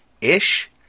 ish